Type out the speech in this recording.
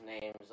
names